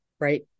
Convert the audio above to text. Right